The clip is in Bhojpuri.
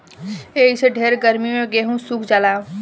एही से ढेर गर्मी मे गेहूँ सुख जाला